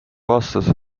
vastas